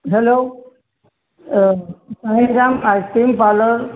hello Sairam ice cream parlour